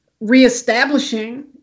reestablishing